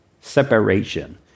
separation